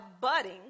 budding